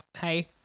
Hey